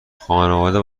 خانواده